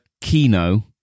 Kino